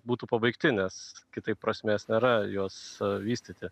būtų pabaigti nes kitaip prasmės nėra juos vystyti